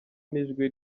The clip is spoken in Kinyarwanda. n’ijwi